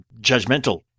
judgmental